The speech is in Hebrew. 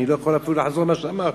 אני לא יכול אפילו לחזור על מה שאמרת.